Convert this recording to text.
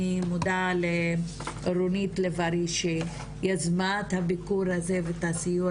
אני מודה לרונית לב ארי שיזמה את הביקור הזה ואת הסיור